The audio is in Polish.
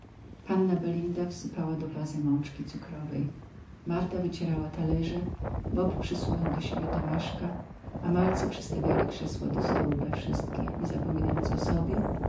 panna belinda wsypała do wazy mączki cukrowej marta wycierała talerze bob przysunął do siebie tomaszka a malcy przystawiali krzesła do stołu dla wszystkich nie zapominając o sobie